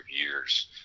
years